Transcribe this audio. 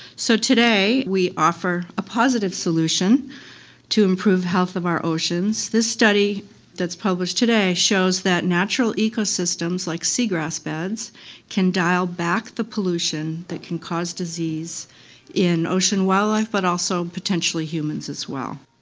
so today we offer a positive solution to improve the health of our oceans. this study that is published today shows that natural ecosystems like seagrass beds can dial back the pollution that can cause disease in ocean wildlife but also potentially humans as well.